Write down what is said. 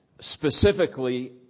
specifically